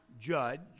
judge